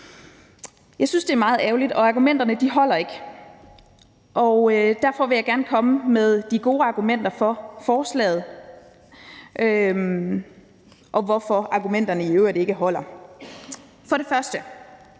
Jeg synes, det er meget ærgerligt, og argumenterne holder ikke, og derfor vil jeg gerne komme med de gode argumenter for forslaget og fortælle, hvorfor argumenterne imod i øvrigt ikke holder. For det første: